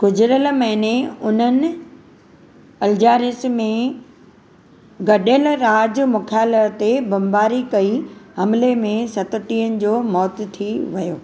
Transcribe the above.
गुज़िरयलु महीने उन्हनि अल्जारिस में गडि॒यलु राजु॒ मुख्यालय ते बमबारी कई हमले में सतटीह जो मौत थी वियो